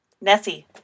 Nessie